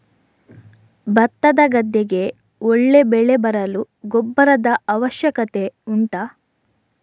ಭತ್ತದ ಗದ್ದೆಗೆ ಒಳ್ಳೆ ಬೆಳೆ ಬರಲು ಗೊಬ್ಬರದ ಅವಶ್ಯಕತೆ ಉಂಟಾ